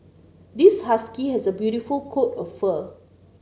this husky has a beautiful coat of fur